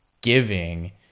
giving